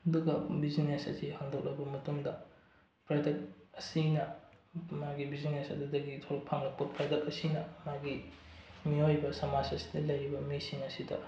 ꯑꯗꯨꯒ ꯕꯤꯖꯤꯅꯦꯁ ꯑꯁꯤ ꯍꯥꯡꯗꯣꯛꯂꯕ ꯃꯇꯨꯡꯗ ꯄ꯭ꯔꯗꯛ ꯑꯁꯤꯅ ꯃꯥꯒꯤ ꯕꯤꯖꯤꯅꯦꯁ ꯑꯗꯨꯗꯒꯤ ꯐꯪꯉꯛꯄ ꯄ꯭ꯔꯗꯛ ꯑꯁꯤꯅ ꯃꯥꯒꯤ ꯃꯤꯑꯣꯏꯕ ꯁꯃꯥꯖ ꯑꯁꯤꯗ ꯂꯩꯔꯤꯕ ꯃꯤꯁꯤꯡ ꯑꯁꯤꯗ